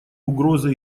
угроза